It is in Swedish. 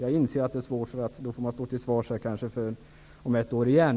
Jag inser att det är svårt, eftersom man då kanske får stå till svars här om ett år igen.